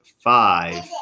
five